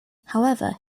however